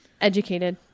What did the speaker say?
educated